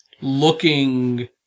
looking